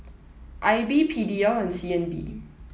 I B P D L and C N B